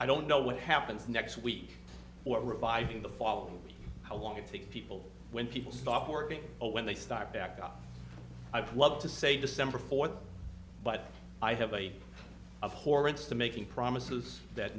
i don't know what happens next week or reviving the follow me how long it takes people when people stop working or when they start back up i've loved to say december fourth but i have a of hauritz to making promises that